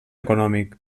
econòmic